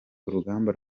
urugamba